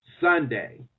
Sunday